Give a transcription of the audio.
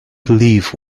believe